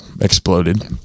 exploded